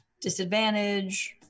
disadvantage